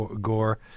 Gore